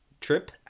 trip